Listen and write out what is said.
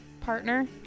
partner